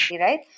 right